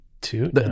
two